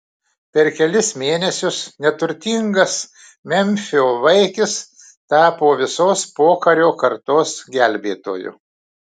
per kelis mėnesius neturtingas memfio vaikis tapo visos pokario kartos gelbėtoju